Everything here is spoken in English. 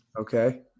Okay